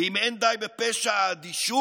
ואם לא די בפשע האדישות,